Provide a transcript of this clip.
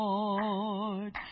Lord